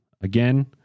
Again